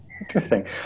interesting